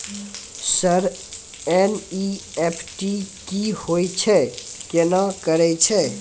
Sir NEFT की होय छै, केना करे छै?